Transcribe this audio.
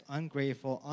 ungrateful